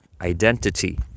identity